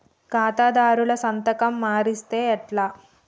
ఖాతాదారుల సంతకం మరిస్తే ఎట్లా?